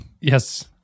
Yes